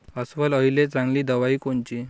अस्वल अळीले चांगली दवाई कोनची?